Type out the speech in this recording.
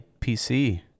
PC